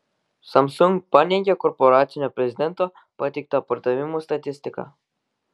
samsung paneigė korporacinio prezidento pateiktą pardavimų statistiką